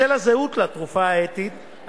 בשל הזהות לתרופה האתית,